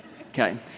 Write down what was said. Okay